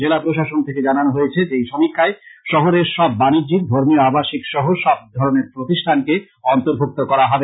জেলা প্রশাসন থেকে জানানো হয়েছে যে এই সমীক্ষায় শহরের সব বানিজ্যিক ধর্মীয় আবাসিক সহ সব ধরনের প্রতিষ্ঠানকে অর্ন্তভুক্ত করা হবে